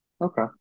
Okay